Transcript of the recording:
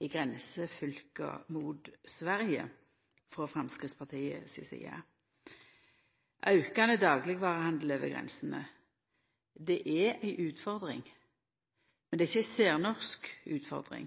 grensefylka mot Sverige. Aukande daglegvarehandel over grensene er ei utfordring, men det er ikkje ei særnorsk utfordring.